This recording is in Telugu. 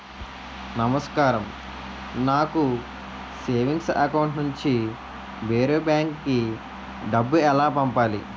నమస్కారం నాకు సేవింగ్స్ అకౌంట్ నుంచి వేరే బ్యాంక్ కి డబ్బు ఎలా పంపాలి?